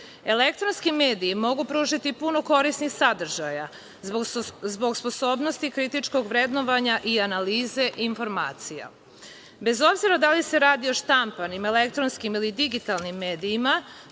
Elektronski mediji mogu pružiti puno korisnih sadržaja, zbog sposobnosti političkog vrednovanja i analize informacija. Bez obzira da li se radi o štampanim, elektronskim ili digitalnim medijima,